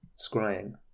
Scrying